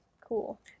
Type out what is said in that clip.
cool